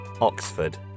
Oxford